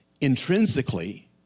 Intrinsically